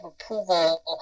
approval